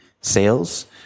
sales